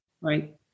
Right